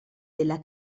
della